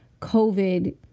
COVID